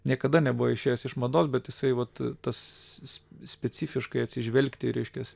niekada nebuvo išėjęs iš mados bet jisai vat tas specifiškai atsižvelgti reiškias